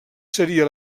seria